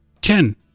Ken